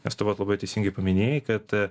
nes tai vat labai teisingai paminėjai kad